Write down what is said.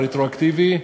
הרטרואקטיבי,